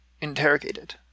interrogated